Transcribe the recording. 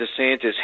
DeSantis